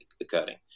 occurring